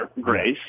grace